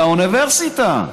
באוניברסיטה.